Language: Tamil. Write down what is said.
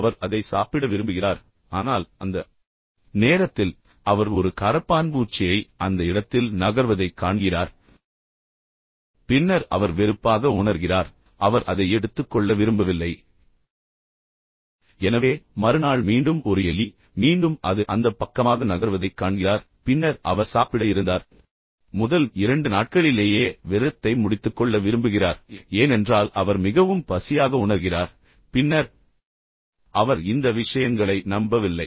அவர் அதை சாப்பிட விரும்புகிறார் ஆனால் அந்த நேரத்தில் அவர் ஒரு கரப்பான்பூச்சியை அந்த இடத்தில் நகர்வதை காண்கிறார் பின்னர் அவர் வெறுப்பாக உணர்கிறார் அவர் அதை எடுத்துக்கொள்ள விரும்பவில்லை எனவே மறுநாள் மீண்டும் ஒரு எலி மீண்டும் அது அந்தப் பக்கமாக நகர்வதைக் காண்கிறார் பின்னர் அவர் சாப்பிட இருந்தார் முதல் இரண்டு நாட்களிலேயே விரதத்தை முடித்துக்கொள்ள விரும்புகிறார் ஏனென்றால் அவர் மிகவும் பசியாக உணர்கிறார் பின்னர் அவர் இந்த விஷயங்களை நம்பவில்லை